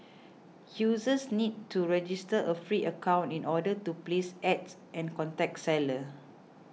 users need to register a free account in order to place Ads and contact seller